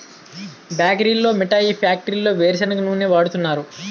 బేకరీల్లో మిఠాయి ఫ్యాక్టరీల్లో వేరుసెనగ నూనె వాడుతున్నారు